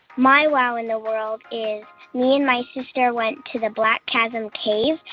my wow in the world is me and my sister went to the black chasm cave,